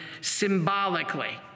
symbolically